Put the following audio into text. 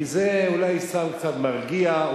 כי זה סם מרגיע.